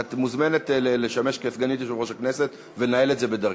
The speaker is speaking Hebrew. את מוזמנת לשמש כסגנית יושב-ראש הכנסת ולנהל את זה בדרכך.